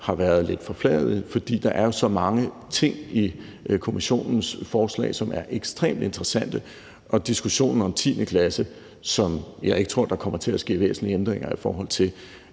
har været lidt forfladiget. For der er så mange ting i kommissionens forslag, som er ekstremt interessante, og diskussionen om 10. klasse, som jeg ikke tror der kommer til at ske væsentlige ændringer af, har